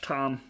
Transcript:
Tom